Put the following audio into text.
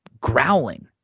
growling